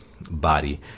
body